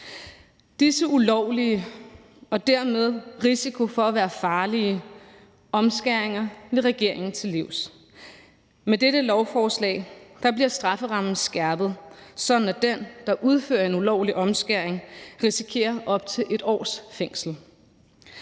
Disse ulovlige og dermed i risiko for at være farlige omskæringer vil regeringen til livs. Med dette lovforslag bliver strafferammen skærpet, sådan at den, der udfører en ulovlig omskæring, risikerer op til 1 års fængsel.